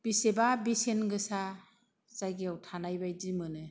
बेसेबा बेसेन गोसा जायगायाव थानायबायदि मोनो